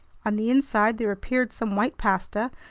on the inside there appeared some white pasta,